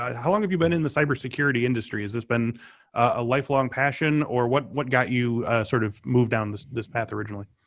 how long have you been in the cyber security industry? has this been a lifelong passion? or what what got you sort of move down this this path originally?